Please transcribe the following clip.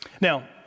Now